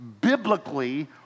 biblically